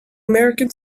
american